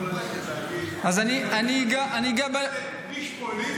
ואתה יכול ללכת להגיד --- איש פוליטי